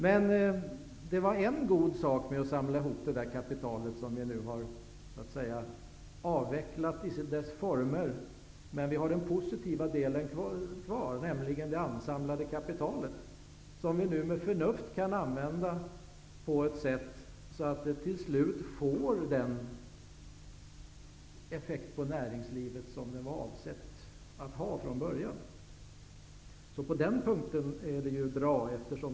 Men det var en god sak med löntagarfonderna, vars former vi nu har avvecklat men vars positiva del är kvar, nämligen det ansamlade kapitalet, som vi nu kan använda med förnuft, så att det till slut får den effekt på näringlivet som det från början var avsett att ha.